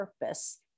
purpose